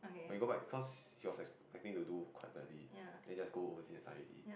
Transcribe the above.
when he got back cause he was expecting to do quite badly then just go overseas and study